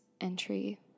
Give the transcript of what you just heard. entry